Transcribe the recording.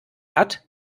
hat